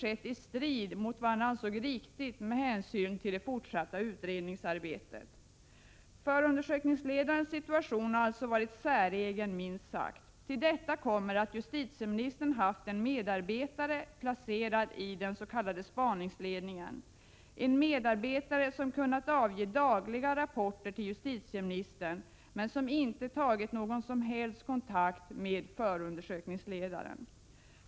skett i strid med vad han ansåg vara riktigt med hänsyn till det fortsatta utredningsarbetet. Förundersökningsledarens situation har alltså minst sagt varit säregen. Till detta kommer att justitieministern har haft en medarbetare placerad i den s.k. spaningsledningen, en medarbetare som kunnat avge dagliga rapporter till justitieministern men som inte tagit någon som helst kontakt med förundersökningsledaren.